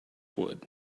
wood